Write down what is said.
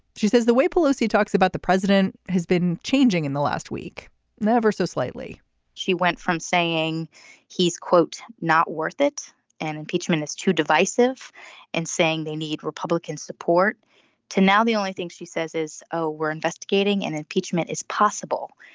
she says the way pelosi talks about the president has been changing in the last week ever so slightly she went from saying he's quote not worth it and impeachment is too divisive and saying they need republican support to now the only thing she says is oh we're investigating and impeachment is possible.